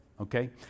Okay